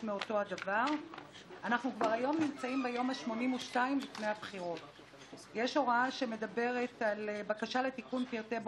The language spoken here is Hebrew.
את העלאת שיעור מס הקנייה על כלי רכב שמחירם לצרכן,